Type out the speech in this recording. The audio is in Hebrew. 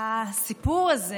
הסיפור הזה